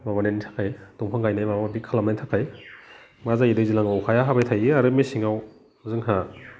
माबानायनि थाखाय दंफां गायनाय माबा माबि खालामनायनि थाखाय मा जायो दैज्लाङाव अखाया हाबाय थायो आरो मेसेङाव जोंहा